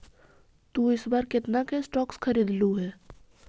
तु इस बार कितने के स्टॉक्स खरीदलु हे